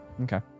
Okay